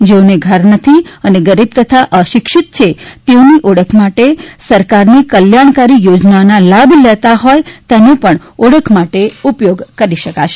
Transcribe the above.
જેઓને ઘર નથી અને ગરીબ તથા અશિક્ષિત છે તેઓની ઓળખ માટે સરકારની કલ્યાણકારી યોજનાઓના લાભ લેતા હોય છે તેનો પણ ઓળખ માટે ઉપયોગ કરી શકાશે